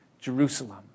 Jerusalem